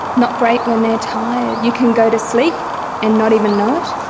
not great when they are tired. you can go to sleep and not even know it.